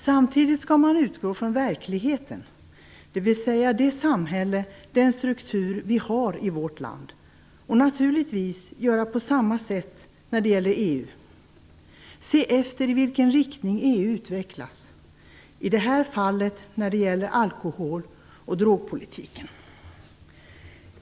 Samtidigt skall man utgå från verkligheten, dvs. det samhälle, den struktur, som vi har i vårt land och naturligtvis göra på samma sätt när det gäller EU. Vi skall se efter i vilken riktning EU utvecklas, i detta fall när det gäller alkohol och drogpolitiken.